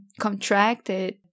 contracted